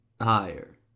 Higher